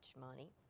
money